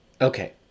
Okay